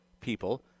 people